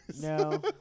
No